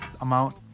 amount